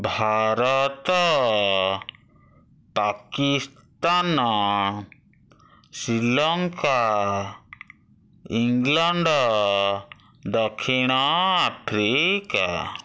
Bharat Pakistan Sri Lanka England ଦକ୍ଷିଣଆଫ୍ରିକା